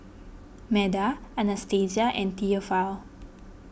Meda Anastasia and theophile